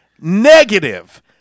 negative